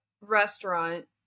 restaurant